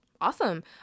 Awesome